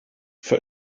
for